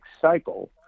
cycle